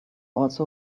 also